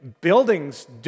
buildings